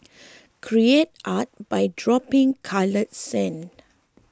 create art by dropping coloured sand